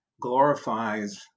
glorifies